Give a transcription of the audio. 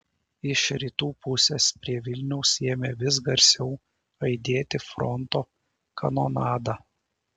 iš rytų pusės prie vilniaus ėmė vis garsiau aidėti fronto kanonada